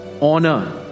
Honor